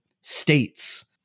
states